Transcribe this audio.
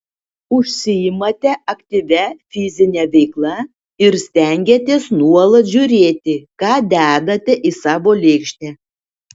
užsiimate aktyvia fizine veikla ir stengiatės nuolat žiūrėti ką dedate į savo lėkštę